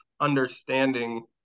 understanding